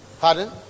Pardon